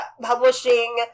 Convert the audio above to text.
publishing